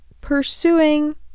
pursuing